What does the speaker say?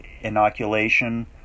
inoculation